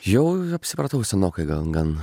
jau apsipratau senokai gan gan